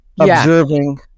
observing